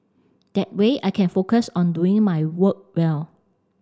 that way I can focus on doing my work well